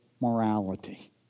morality